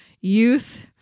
youth